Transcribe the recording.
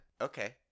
Okay